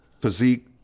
physique